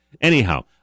Anyhow